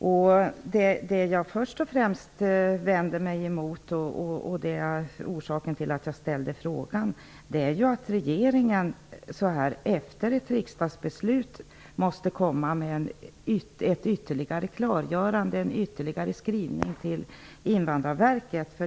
Det jag först och främst vänder mig emot och det som är orsaken till att jag ställde frågan är att regeringen så här efter ett riksdagsbeslut måste komma med ett ytterligare klargörande, en ytterligare skrivning till Invandrarverket.